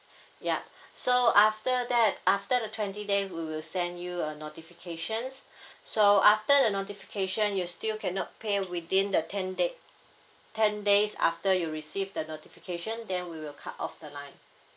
yup so after that after the twenty day we will send you a notifications so after the notification you still cannot pay within the ten day ten days after you receive the notification then we will cut off the line